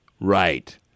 Right